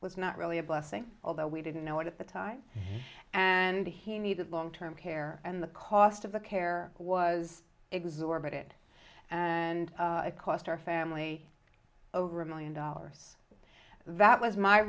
was not really a blessing although we didn't know it at the time and he needed long term care and the cost of the care was exorbitant and it cost our family over a million dollars that was my